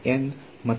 ಇದು ಒಂದು ಸೂತ್ರ